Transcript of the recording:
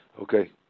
Okay